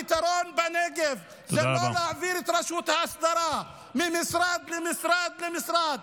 הפתרון בנגב הוא לא להעביר את רשות ההסדרה ממשרד למשרד למשרד,